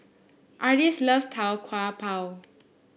Ardis love Tau Kwa Pau